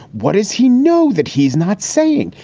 what does he know that he's not saying?